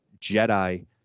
Jedi